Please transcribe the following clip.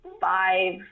five